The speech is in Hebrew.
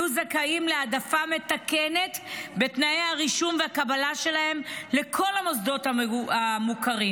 יהיו זכאים להעדפה מתקנת בתנאי הרישום והקבלה שלהם לכל המוסדות המוכרים,